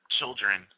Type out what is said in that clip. children